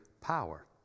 power